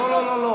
לא לא לא.